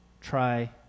try